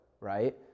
right